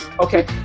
Okay